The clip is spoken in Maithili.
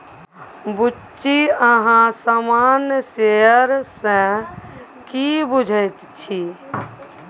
बुच्ची अहाँ सामान्य शेयर सँ की बुझैत छी?